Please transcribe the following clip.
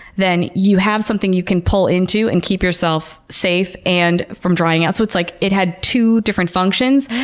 then you have something you can pull into and keep yourself safe and from drying out, so it's like it had two different functions.